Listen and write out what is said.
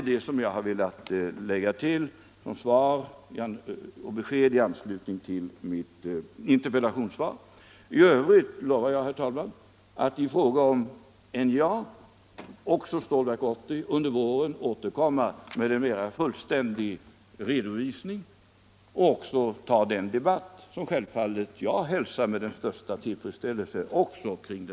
Detta är de besked som jag har velat lägga till mitt interpellationssvar. I övrigt lovar jag, herr talman, att i fråga om NJA och Stålverk 80 under våren återkomma med en mera fullständig redovisning och då även ta den debatt omkring denna fråga som jag självfallet hälsar med den största tillfredsställelse.